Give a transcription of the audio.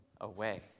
away